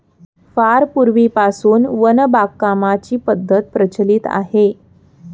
फार पूर्वीपासून वन बागकामाची पद्धत प्रचलित आहे